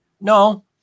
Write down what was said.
No